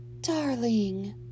Darling